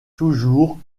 toujours